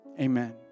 Amen